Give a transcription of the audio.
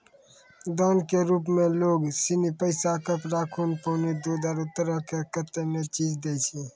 दान के रुप मे लोग सनी पैसा, कपड़ा, खून, पानी, दूध, आरु है तरह के कतेनी चीज दैय छै